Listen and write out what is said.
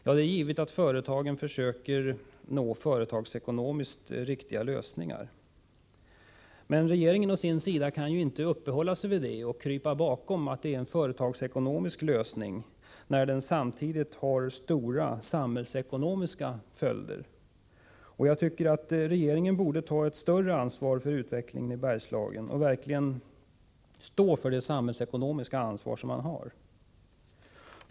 Ja, det är givet att företagen försöker nå företagsekonomiskt riktiga lösningar, men regeringen å sin sida kan inte krypa bakom en företagsekonomisk lösning som samtidigt har stora samhällsekonomiska följder. Jag tycker att regeringen borde ta ett större ansvar för utvecklingen i Bergslagen och verkligen stå för det samhällsekonomiska ansvar som man har.